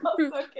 okay